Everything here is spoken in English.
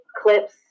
clips